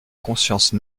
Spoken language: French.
conscience